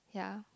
yeah